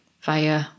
via